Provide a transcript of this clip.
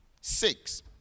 Six